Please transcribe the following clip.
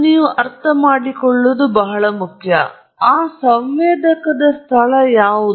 ನೀವು ಅರ್ಥಮಾಡಿಕೊಳ್ಳಲು ಇದು ಬಹಳ ಮುಖ್ಯ ಆ ಸಂವೇದಕದ ಸ್ಥಳ ಯಾವುದು